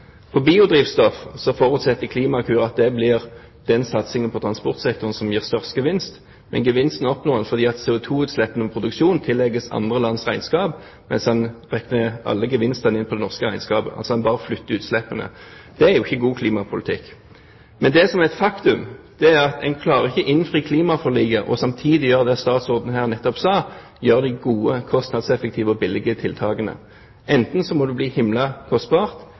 på biodrivstoff, forutsetter Klimakur at det er den satsingen på transportsektoren som vil gi størst gevinst. Men gevinsten oppnår en fordi CO2-utslippene ved produksjon tillegges andre lands regnskaper, mens en regner alle gevinstene inn i det norske regnskapet – en bare flytter utslippene. Det er ikke god klimapolitikk. Det som er et faktum, er at en ikke klarer å innfri klimaforliket og samtidig gjøre det statsråden nettopp sa, iverksette de gode, kostnadseffektive og billige tiltakene. Enten vil det bli himla kostbart,